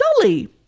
Dolly